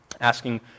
Asking